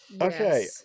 okay